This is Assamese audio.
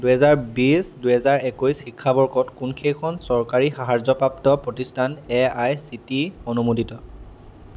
দুহেজাৰ বিছ দুহেজাৰ একৈছ শিক্ষাবৰ্ষত কোনকেইখন চৰকাৰী সাহাৰ্যপ্ৰাপ্ত প্ৰতিষ্ঠান A I C T E অনুমোদিত